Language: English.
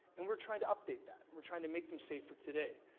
and we're trying to update that, we're trying to make them safe for today.